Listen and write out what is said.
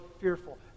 fearful